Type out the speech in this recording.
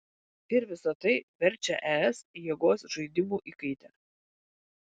ir visa tai verčia es jėgos žaidimų įkaite